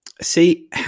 See